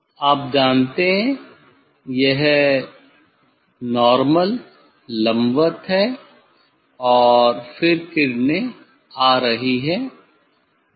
आप जानते है कि ये इनके नार्मल लंबवत है और फिर किरणें आ रही हैं